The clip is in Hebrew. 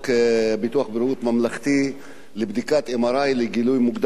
ממלכתי לבדיקת MRI לגילוי מוקדם של סרטן השד.